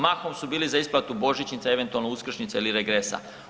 Mahom su bili za isplatu božićnica, eventualno uskršnjica ili regresa.